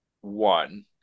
One